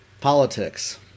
Politics